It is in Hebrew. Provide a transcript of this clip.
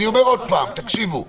כן צריך לאפשר יציאה לטיפול רפואי,